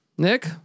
Nick